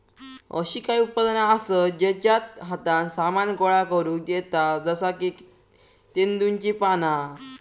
अशी काही उत्पादना आसत जेच्यात हातान सामान गोळा करुक येता जसा की तेंदुची पाना